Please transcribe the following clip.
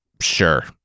Sure